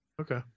Okay